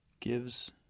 Gives